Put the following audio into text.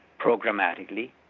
programmatically